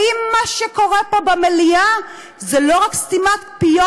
האם מה שקורה פה במליאה זה לא רק סתימת פיות,